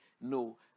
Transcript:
No